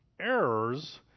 errors